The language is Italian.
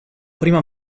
prima